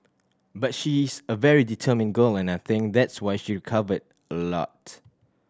but she's a very determined girl and I think that's why she recovered a lot